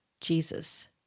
Jesus